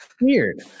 weird